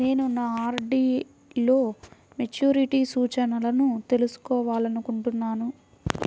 నేను నా ఆర్.డీ లో మెచ్యూరిటీ సూచనలను తెలుసుకోవాలనుకుంటున్నాను